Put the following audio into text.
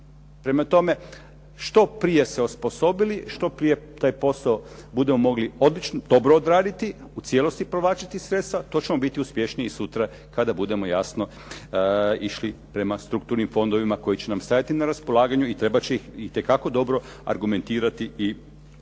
Prema tome što prije se osposobili, što prije taj posao budemo mogli dobro odraditi, u cijelosti provlačiti sredstva, to ćemo biti uspješniji sutra kada budemo jasno išli prema strukturnim fondovima koji će nam stajati na raspolaganju i trebat će ih itekako dobro argumentirati i zaraditi